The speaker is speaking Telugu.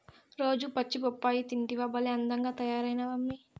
రోజూ పచ్చి బొప్పాయి తింటివా భలే అందంగా తయారైతమ్మన్నీ